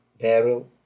barrel